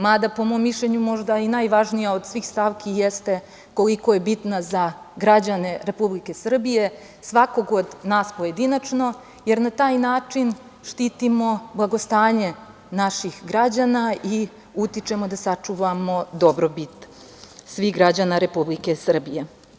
Mada, po mom mišljenju, možda i najvažnija od svih stavki jeste koliko je bitna za građane Republike Srbije, svakog od nas pojedinačno, jer na taj način štitimo blagostanje naših građana i utičemo da sačuvamo dobrobit svih građana Republike Srbije.